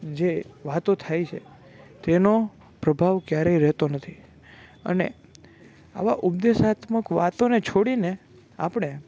જે વાતો થાય છે તેનો પ્રભાવ ક્યારેય રહેતો નથી અને આવી ઉપદેશાત્મક વાતોને છોડીને આપણે